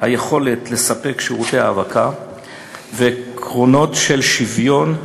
היכולת לספק שירותי האבקה ועקרונות של שוויון,